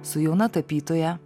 su jauna tapytoja